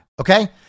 Okay